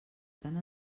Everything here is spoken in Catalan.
tant